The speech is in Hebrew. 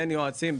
בין יועצים,